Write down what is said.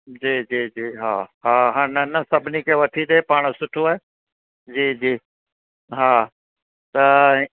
जी जी जी हा हा न न सभिनी खे वठी ॾे पाण सुठो आहे जी जी हा त